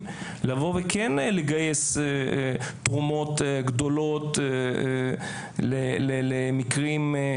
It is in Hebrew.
לבוא וכן לגייס תרומות גדולות למקרים מסוימים.